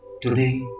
Today